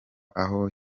aho